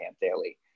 daily